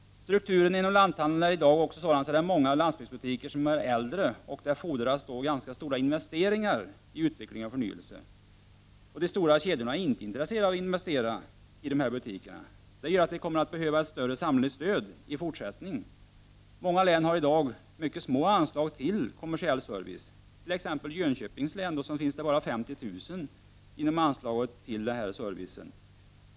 Strukturen inom lanthandeln är i dag sådan att det finns många äldre landsbygdsbutiker. De fordrar ganska stora investeringar när det gäller utveckling och förnyelse. De stora kedjorna är inte intresserade av att investera i de butikerna. Dessa butiker kommer att behöva ett större samhälleligt stöd i fortsättningen. Många län har i dag mycket små anslag till kommersiell service. Jönköpings län har t.ex. fått 50000 kr. i anslag till den här servicen.